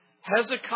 Hezekiah